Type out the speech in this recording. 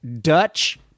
Dutch